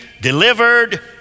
delivered